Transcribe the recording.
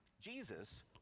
Jesus